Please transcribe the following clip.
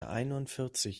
einundvierzig